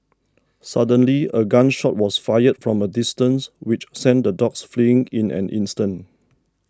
suddenly a gun shot was fired from a distance which sent the dogs fleeing in an instant